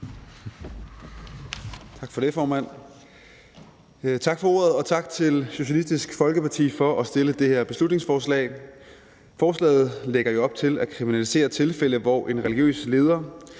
Tak for det, formand. Tak for ordet, og tak til Socialistisk Folkeparti for at fremsætte det her beslutningsforslag. Forslaget lægger jo op til at kriminalisere tilfælde, hvor en religiøs leder